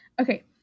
Okay